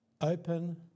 open